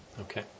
Okay